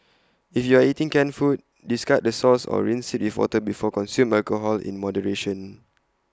if you are eating canned food discard the sauce or rinse IT with water before consume alcohol in moderation